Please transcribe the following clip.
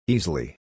Easily